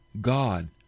God